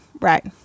Right